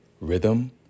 rhythm